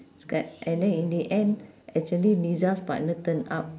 sca~ and then in the end actually liza's partner turned up